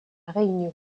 réunion